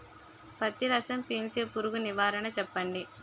పత్తి రసం పీల్చే పురుగు నివారణ చెప్పండి?